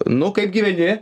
nu kaip gyveni